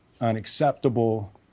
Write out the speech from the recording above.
unacceptable